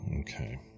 Okay